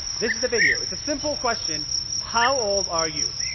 this is the video. it's a simple question how old are you?